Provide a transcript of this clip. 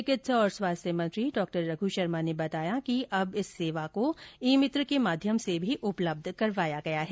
चिकित्सा और स्वास्थ्य मंत्री डॉ रघु शर्मा ने बताया है कि अब इस सेवा को ई मित्र के माध्यम से भी उपलब्ध करवाया गया है